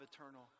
eternal